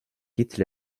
quittent